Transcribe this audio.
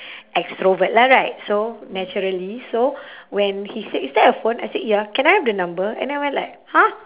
extrovert lah right so naturally so when he said is that a phone I said ya can I have the number and I went like !huh!